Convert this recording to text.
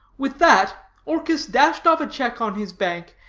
with that, orchis dashed off a check on his bank,